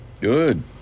Good